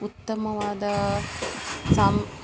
ಉತ್ತಮವಾದ ಸಾಮ್